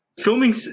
Filming